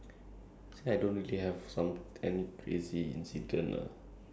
okay so for my like crazy coincidence is like